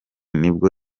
nibwo